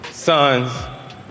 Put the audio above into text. sons